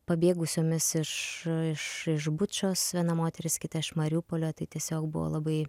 pabėgusiomis iš iš iš bučos viena moteris kita iš mariupolio tai tiesiog buvo labai